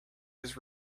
his